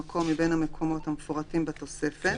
מקום מבין המקומות המפורטים בתוספת,